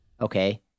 Okay